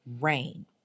rain